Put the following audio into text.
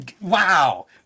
wow